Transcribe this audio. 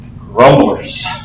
Grumblers